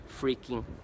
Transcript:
freaking